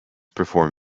perform